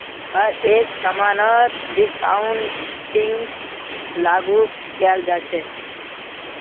हर एक समानत डिस्काउंटिंगक लागू कियाल जा छ